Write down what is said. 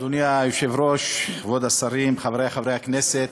אדוני היושב-ראש, כבוד השרים, חברי חברי הכנסת,